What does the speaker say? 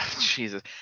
Jesus